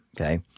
okay